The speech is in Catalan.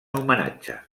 homenatge